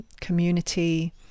Community